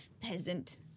peasant